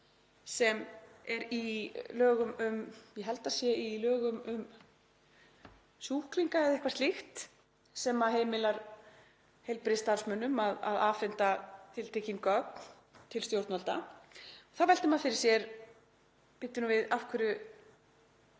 sem er í lögum um — ég held að það sé í lögum um sjúklinga eða eitthvað slíkt sem heimilar heilbrigðisstarfsmönnum að afhenda tiltekin gögn til stjórnvalda. Þá veltir maður fyrir sér: Bíddu nú við, af hverju